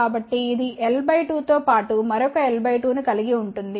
కాబట్టి ఇది l 2 తో పాటు మరొక l 2 ను కలిగి ఉంటుంది